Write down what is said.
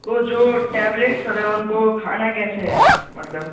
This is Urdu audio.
تو جو ٹیبلیٹس ہے سر ان کو کھانا کیسے ہے مطلب